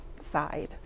side